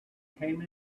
came